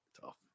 Tough